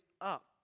up